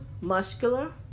muscular